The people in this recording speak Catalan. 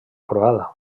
croada